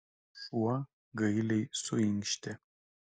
šuo gailiai suinkštė